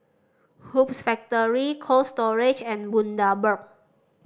Hoops Factory Cold Storage and Bundaberg